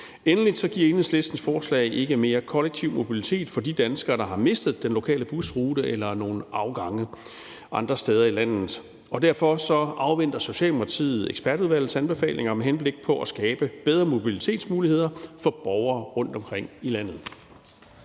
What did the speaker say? Endelig giver Enhedslistens forslag ikke mere kollektiv mobilitet for de danskere, der har mistet den lokale busrute eller nogle afgange andre steder i landet. Derfor afventer Socialdemokraterne ekspertudvalgets anbefalinger med henblik på at skabe bedre mobilitetsmuligheder for borgere rundtomkring i landet.